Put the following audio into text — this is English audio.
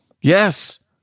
Yes